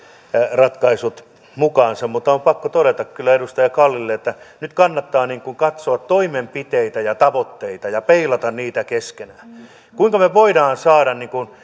ratkaisut mukaansa mutta on pakko todeta kyllä edustaja kallille että nyt kannattaa katsoa toimenpiteitä ja tavoitteita ja peilata niitä keskenään kuinka me voimme saada